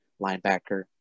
linebacker